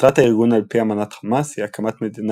מטרת הארגון על פי אמנת חמאס היא הקמת מדינה